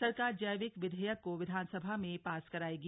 सरकार जैविक विधेयक को विधानसभा में पास करायेगी